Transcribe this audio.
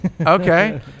Okay